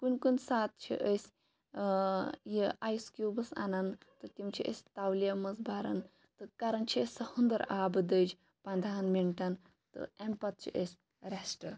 کُنہِ کُنہِ ساتہٕ چھِ أسۍ یہِ آیِس کیوٗبِس اَنَان تہٕ تِم چھِ أسۍ تَولِیَن مَنٛز بَرَان تہٕ کَرَان چھِ أسۍ سۄ ہٕنٛدٕر آبہٕ دٔج پَنٛدہَن مِنٹَن تہٕ امہِ پَتہٕ چھِ أسۍ ریٚسٹ